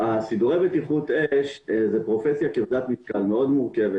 סידורי בטיחות אש זאת פרופסיה כבדת משקל מאוד מורכבת.